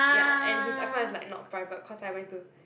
ya and his account is like not private cause I went to